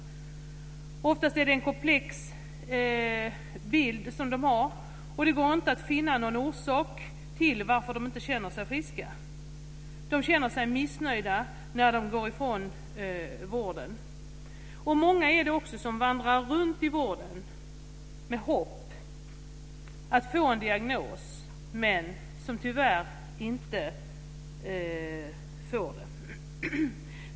Ofta har de en komplex bild och det går inte att finna någon orsak till varför de inte känner sig friska. De känner sig missnöjda när de lämnar vården. Många vandrar också runt i vården med hopp om att få en diagnos - men tyvärr utan att få det.